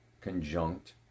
conjunct